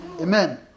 Amen